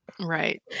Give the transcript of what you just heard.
Right